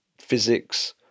physics